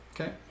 Okay